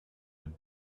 had